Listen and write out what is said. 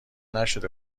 نشده